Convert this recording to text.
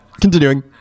Continuing